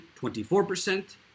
24%